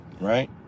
Right